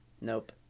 Nope